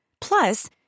Plus